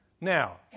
Now